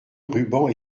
ruban